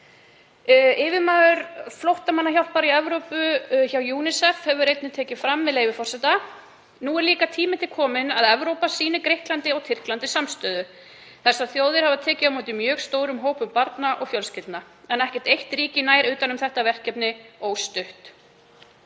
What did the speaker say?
Yfirmaður flóttamannahjálpar í Evrópu hjá UNICEF hefur einnig sagt, með leyfi forseta: „Nú er líka tími til kominn að Evrópa sýni Grikklandi og Tyrklandi samstöðu. Þessar þjóðir hafa tekið móti mjög stórum hópum barna og fjölskyldna. En ekkert eitt ríki nær utan um þetta verkefni óstutt.“